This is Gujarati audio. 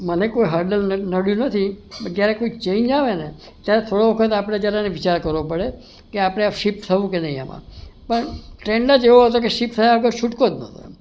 મને કોઈ હર્ડલ નડ્યું નથી ક્યારેય કોઈ ચેન્જ આવે ને ત્યારે થોડો વખત આપણે જયારે એને વિચાર કરવો પડે કે આપણે શિફ્ટ થવું કે નહીં આમાં પણ ટ્રેન્ડ જ એવો હતો કે શિફ્ટ થયા વગર છૂટકો જ નહોતો